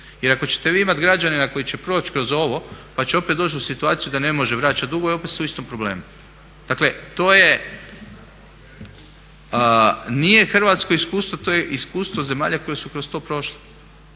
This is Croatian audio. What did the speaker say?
Jer ako ćete vi imati građanina koji će proći kroz ovo, pa će opet doći u situaciju da ne može vraćat dugove opet su u istom problemu. Dakle, to je, nije hrvatsko iskustvo, to je iskustvo zemalja koje su kroz to prošle.